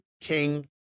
King